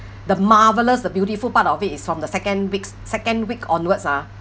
the marvellous the beautiful part of it is from the second weeks second week onwards ah